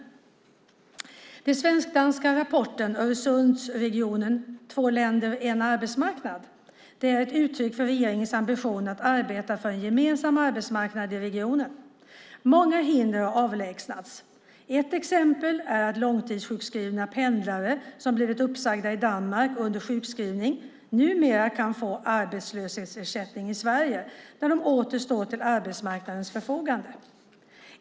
Den svensk-danska rapporten Öresundsregionen - två länder, en arbetsmarknad är ett uttryck för regeringarnas ambition att arbeta för en gemensam arbetsmarknad i regionen. Många hinder har avlägsnats. Ett exempel är att långtidssjukskrivna pendlare som blivit uppsagda i Danmark under sjukskrivningen numera kan få arbetslöshetsersättning i Sverige, när de åter står till arbetsmarknadens förfogande.